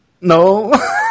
No